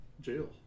jail